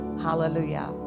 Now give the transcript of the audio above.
Hallelujah